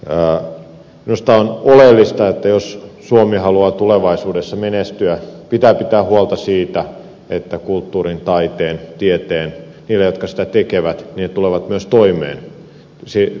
minusta on oleellista että jos suomi haluaa tulevaisuudessa menestyä pitää pitää huolta siitä että kulttuurin taiteen ja tieteentekijät tulevat myös toimeen tuotoksillaan